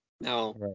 now